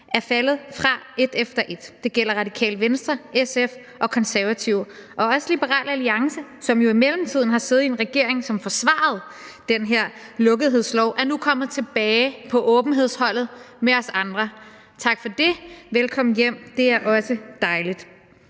er faldet fra et efter et. Det gælder Det Radikale Venstre, SF og De Konservative. Også Liberal Alliance, som jo i mellemtiden har siddet i en regering, som forsvarede den her lukkethedslov, er nu kommet tilbage på åbenhedsholdet med os andre. Tak for det, og velkommen hjem! Det er også dejligt.